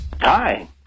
Hi